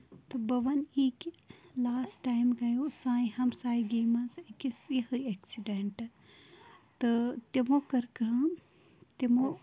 تہٕ بہٕ وَنہٕ یی کہِ لاس ٹایِم گیو سانہِ ہمسایہِ گٔی منٛز أکِس یِہوے اٮ۪کسیٖڈنٹ تہٕ تِمَو کٔر کٲم تِمَو